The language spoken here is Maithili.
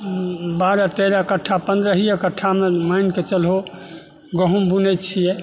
बारह तेरह कट्ठा पन्द्रहिए कट्ठामे मानिके चलहो गहुँम बुनैत छियै